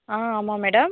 ஆ ஆமாம் மேடம்